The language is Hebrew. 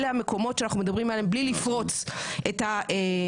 אלה המקומות שאנחנו מדברים עליהם בלי לפרוץ את הגבולות,